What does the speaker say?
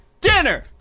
dinner